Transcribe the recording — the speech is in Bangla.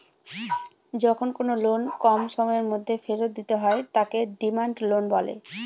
যখন কোনো লোন কম সময়ের মধ্যে ফেরত দিতে হয় তাকে ডিমান্ড লোন বলে